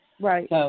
Right